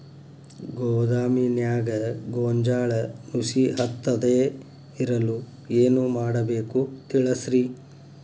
ಗೋದಾಮಿನ್ಯಾಗ ಗೋಂಜಾಳ ನುಸಿ ಹತ್ತದೇ ಇರಲು ಏನು ಮಾಡಬೇಕು ತಿಳಸ್ರಿ